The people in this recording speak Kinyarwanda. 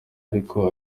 ariko